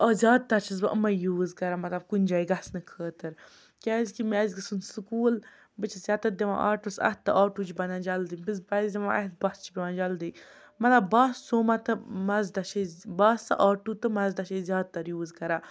زیادٕتر چھَس بہٕ یِمَے یوٗز کَران مطلب کُنہِ جایہِ گژھنہٕ خٲطرٕ کیٛازِکہِ مےٚ آسہِ گژھُن سکوٗل بہٕ چھَس یَتَتھ دِوان آٹوٗوَس اَتھٕ تہٕ آٹوٗ چھِ بَنان جلدی بہٕ چھَس بَسہِ دِوان اَتھٕ بَس چھِ پٮ۪وان جلدی مطلب بَس سوما تہٕ مَزداہ چھِ أسۍ بَس آٹوٗ تہٕ مَزداہ چھِ أسۍ زیادٕتر یوٗز کَران